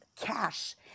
cash